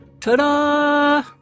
Ta-da